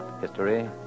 History